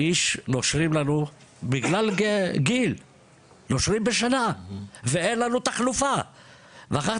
איש נושרים לנו בשנה בגלל גיל ואין לנו תחלופה ואחר כך